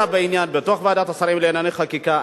בעניין בתוך ועדת השרים לענייני חקיקה.